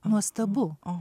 nuostabu o